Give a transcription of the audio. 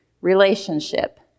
relationship